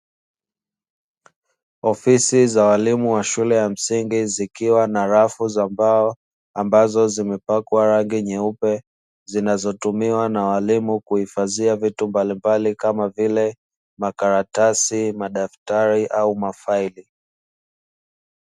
Ofisi za walimu wa shule ya msingi zikiwa na rafu za mbao ambazo zimepakwa rangi nyeupe, zinazotumiwa na waalimu kuhifadhia vitu mbalimbali kama vile: makaratasi, madaftari au mafaili.